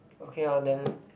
okay lor then